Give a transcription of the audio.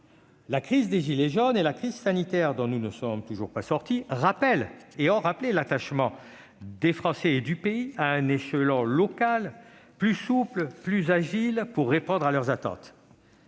La crise des « gilets jaunes » et la crise sanitaire, dont nous ne sommes toujours pas sortis, ont rappelé l'attachement des Français et du pays à un échelon local plus souple, plus agile pour répondre à leurs attentes.